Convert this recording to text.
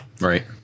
Right